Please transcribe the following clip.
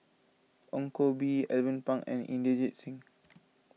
Ong Koh Bee Alvin Pang and Inderjit Singh